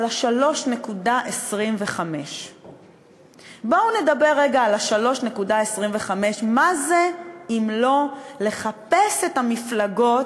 על 3.25%. בואו נדבר רגע על 3.25%. מה זה אם לא לחפש את המפלגות,